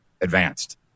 advanced